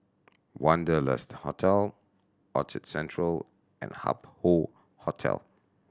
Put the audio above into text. Wanderlust Hotel Orchard Central and Hup Hoe Hotel